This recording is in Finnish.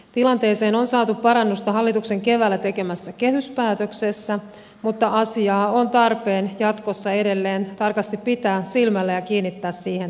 tilanteeseen on saatu parannusta hallituksen keväällä tekemässä kehyspäätöksessä mutta asiaa on tarpeen jatkossa edelleen tarkasti pitää silmällä ja kiinnittää siihen huomiota